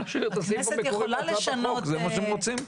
זה מה שהם רוצים.